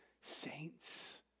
saints